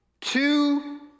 two